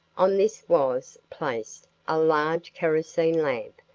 on this was placed a large kerosene lamp,